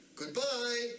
goodbye